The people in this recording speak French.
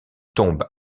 tombe